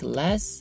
less